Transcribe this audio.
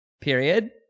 Period